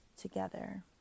together